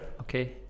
okay